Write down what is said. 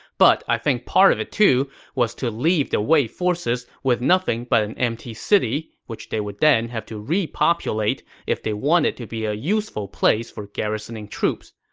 but i think part of it too is to leave the wei forces with nothing but an empty city, which they would then have to repopulate if they want it to be a useful place for garrisoning troops.